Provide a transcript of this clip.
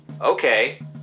Okay